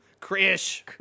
Krish